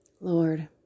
Lord